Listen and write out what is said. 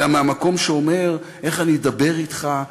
אלא מהמקום שאומר איך אני מדבר אתך,